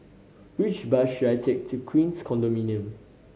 which bus should I take to Queens Condominium